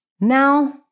now